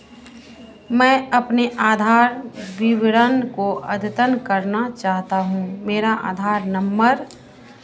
मैं अपने आधार विवरण को अद्यतन करना चाहता हूँ मेरा आधार नंबर